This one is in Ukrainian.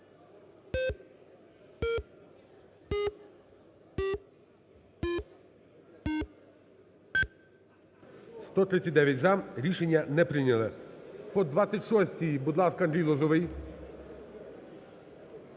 За-139 Рішення не прийняте. По 26-й, будь ласка, Андрій Лозовой.